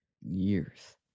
years